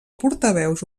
portaveus